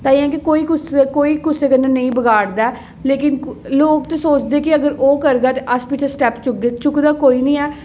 तां ऐ के कोई कुसै दा कोई बी कुसै कन्नै नेईं बगाड़दा लेकिन लोग ते सोचदे केअगर ओह् करगा ते अस बी स्टैप्प चुकगे चुकदा ते कोई निं ऐ